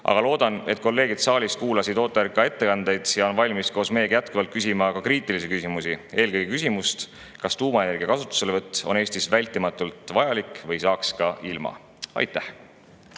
Ma loodan, et kolleegid saalis kuulasid OTRK ettekandeid ja on valmis koos meiega jätkuvalt küsima ka kriitilisi küsimusi, eelkõige küsimust, kas tuumaenergia kasutuselevõtt on Eestis vältimatult vajalik või saaks ka ilma. Aitäh!